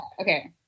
Okay